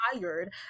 tired